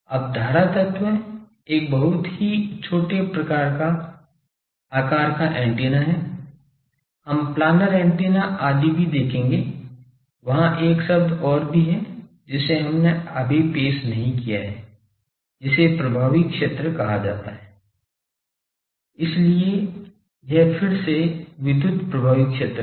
अब धारा तत्व एक बहुत ही छोटे आकार का एंटीना है हम प्लानर एंटेना आदि भी देखेंगे वहाँ एक शब्द ओर भी है जिसे हमने अभी पेश नहीं किया है जिसे प्रभावी क्षेत्र कहा जाता है इसलिए यह फिर से विद्युत प्रभावी क्षेत्र है